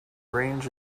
range